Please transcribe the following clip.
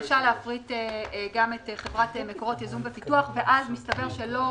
להפריט גם את חברת מקורות ייזום ופיתוח ואז מסתבר שלא